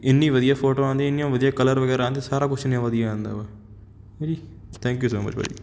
ਇੰਨੀ ਵਧੀਆ ਫੋਟੋ ਆਉਂਦੀਆਂ ਇੰਨੀਆਂ ਵਧੀਆ ਕਲਰ ਵਗੈਰਾ ਆਉਂਦੇ ਸਾਰਾ ਕੁਛ ਇੰਨਾ ਵਧੀਆ ਆਉਂਦਾ ਵਾ ਥੈਂਕ ਯੂ ਸੋ ਮੱਚ ਭਾਅ ਜੀ